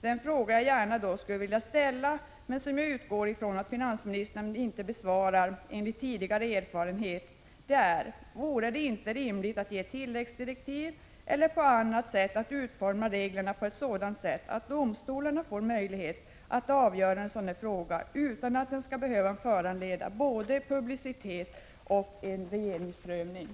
Den fråga som jag då gärna skulle vilja ställa, men som jag enligt tidigare erfarenhet utgår ifrån att finansministern inte besvarar, är: Vore det inte rimligt att ge tilläggsdirektiv till kommittén att utforma reglerna på sådant sätt att domstolarna får möjlighet att avgöra en sådan här fråga utan att den — Prot. 1985/86:129 skall behöva föranleda både publicitet och regeringens prövning?